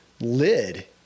lid